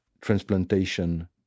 transplantation